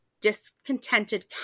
discontented